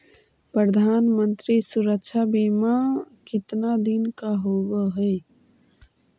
प्रधानमंत्री मंत्री सुरक्षा बिमा कितना दिन का होबय है?